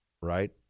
Right